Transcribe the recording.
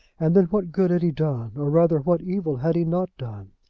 and then what good had he done or rather what evil had he not done?